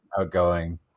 outgoing